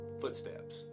footsteps